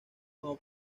como